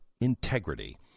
integrity